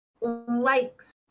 likes